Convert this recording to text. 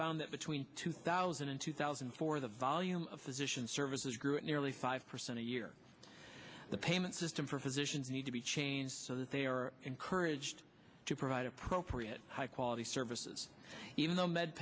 found that between two thousand and two thousand and four the volume of physicians services group nearly five percent a year the payment system for physicians need to be changed so that they are encouraged to provide appropriate high quality services even though med